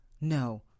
no